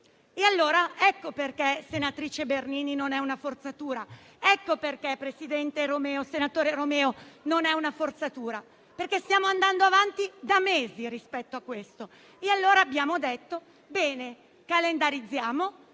ecco perché, senatrice Bernini, non è una forzatura, ecco perché, senatore Romeo, non è una forzatura, perché stiamo andando avanti da mesi rispetto a questo. Allora abbiamo detto: bene, calendarizziamo,